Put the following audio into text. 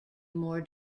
more